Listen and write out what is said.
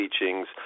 teachings